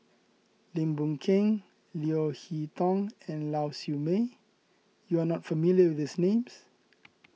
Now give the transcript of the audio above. Lim Boon Keng Leo Hee Tong and Lau Siew Mei you are not familiar with these names